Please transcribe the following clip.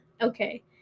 Okay